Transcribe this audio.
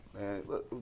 Man